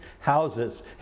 houses